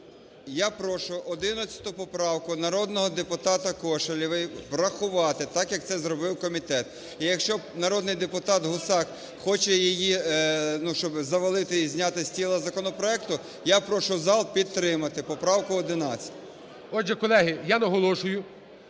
Я прошу 11 поправку народного депутата Кошелєвої врахувати. Так, як це зробив комітет. І якщо народний депутат Гусак хоче її, ну, щоб завалити і зняти з тіла законопроекту, я прошу зал підтримати поправку 11. ГОЛОВУЮЧИЙ. Отже, колеги, я наголошую.